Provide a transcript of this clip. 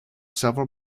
several